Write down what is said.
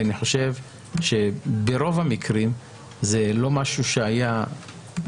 אני חושב ברוב המקרים שזה לא היה משהו דווקני,